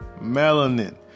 melanin